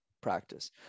practice